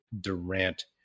Durant